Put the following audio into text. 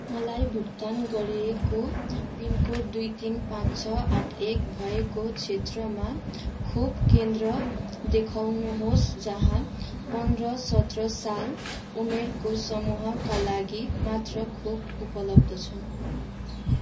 मलाई भुक्तान गरिएको पिनकोड दुई तिन पाँच छ आठ एक भएको क्षेत्रमा खोप केन्द्र देखाउनुहोस् जहाँ पन्ध्र सत्र साल उमेरको समूहका लागि मात्र खोपहरू उपलब्ध छन्